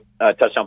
touchdown